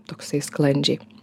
toksai sklandžiai